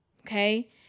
Okay